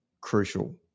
crucial